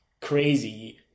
crazy